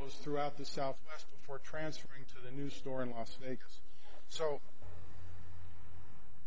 was throughout the southwest for transferring to a new store in las vegas so